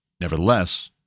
nevertheless